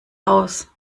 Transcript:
aus